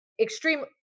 extreme –